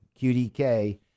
QDK